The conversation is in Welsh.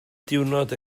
diwrnod